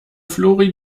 flori